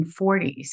1940s